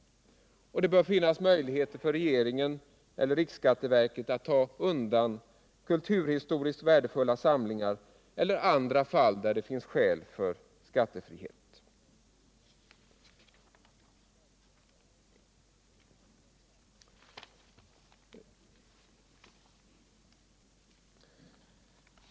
Det bör finnas möjligheter för regeringen eller riksskatteverket att ta ställning till kulturhistoriskt värdefulla samlingar eller andra fall där det finns skäl för skattefrihet.